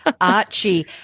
Archie